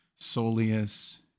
soleus